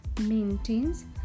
maintains